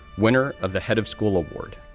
winner of the head of school award,